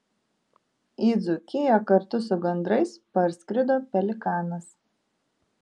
į dzūkiją kartu su gandrais parskrido pelikanas